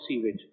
sewage